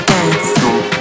Dance